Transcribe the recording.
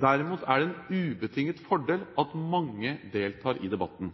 Derimot er det en ubetinget fordel at mange deltar i debatten.